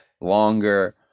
longer